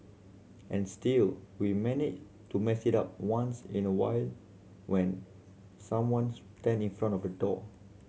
and still we manage to mess it up once in a while when someone stand in front of the door